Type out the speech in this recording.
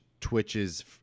Twitches